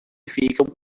ficam